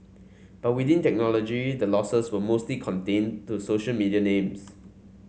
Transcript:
but within technology the losses were mostly contained to social media names